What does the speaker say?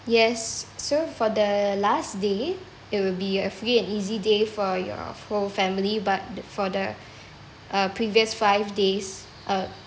yes so for the last day it will be a free and easy day for your whole family but for the uh previous five days uh